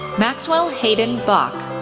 maxwell hayden bach,